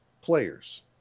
players